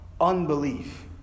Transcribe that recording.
Unbelief